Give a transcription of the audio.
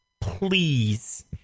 Please